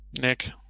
nick